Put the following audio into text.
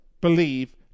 believe